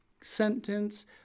sentence